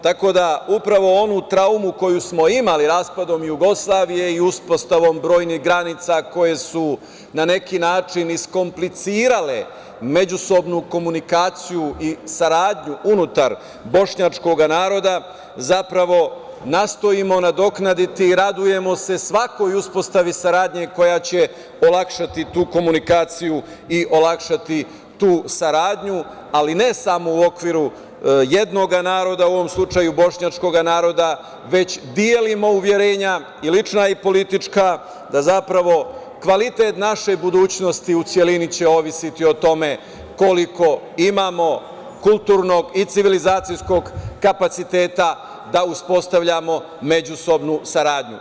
Tako da upravo ovu traumu koju smo imali, raspadom Jugoslavije i uspostavom brojnih granica koje su na neki način iskomplicirale međusobnu komunikaciju i saradnju unutar bošnjačkog naroda, zapravo nastojimo nadoknaditi, radujemo se svakoj uspostavi saradnje koja će olakšati tu komunikaciju i olakšati tu saradnju, ali ne samo u okviru jednog naroda, u ovom slučaju bošnjačkog naroda, već delimo uverenja i lična i politička, da zapravo kvalitet naše budućnosti u celini će ovisiti o tome koliko imamo kulturnog i civilizacijskog kapaciteta da uspostavljamo međusobnu saradnju.